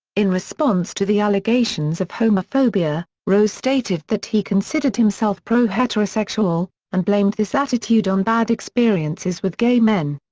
in response to the allegations of homophobia, rose stated that he considered himself pro-heterosexual and blamed this attitude on bad experiences with gay men.